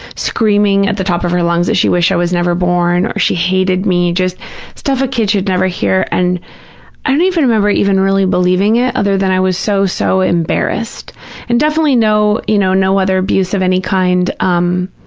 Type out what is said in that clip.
screaming at the top of her lungs that she wished i was never born or she hated me, just stuff a kid should never hear, and i don't even remember even really believing it, other than i was so, so embarrassed and definitely no, you know, no other abuse of any kind. um